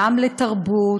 גם לתרבות,